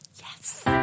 Yes